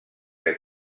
que